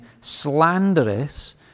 slanderous